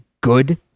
good